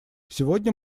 сегодня